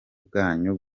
bwanyu